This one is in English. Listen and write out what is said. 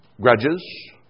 grudges